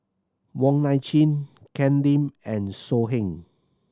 Wong Nai Chin Ken Lim and So Heng